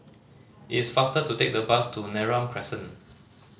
it's faster to take the bus to Neram Crescent